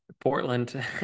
Portland